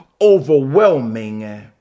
overwhelming